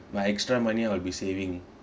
my extra money I'll be saving